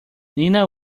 nina